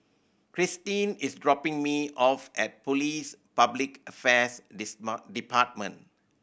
Krysten is dropping me off at Police Public Affairs Department